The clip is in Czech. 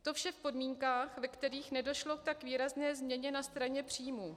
To vše v podmínkách, ve kterých nedošlo k tak výrazné změně na straně příjmů.